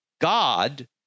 God